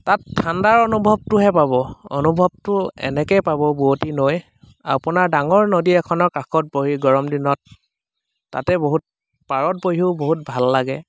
তাত ঠাণ্ডাৰ অনুভৱটোহে পাব অনুভৱটো এনেকে পাব বোৱতী নৈ আপোনাৰ ডাঙৰ নদী এখনৰ কাষত বহি গৰম দিনত তাতে বহুত পাৰত বহিও বহুত ভাল লাগে